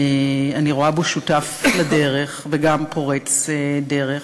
אני רואה בו שותף לדרך וגם פורץ דרך.